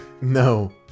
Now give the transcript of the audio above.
No